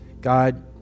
God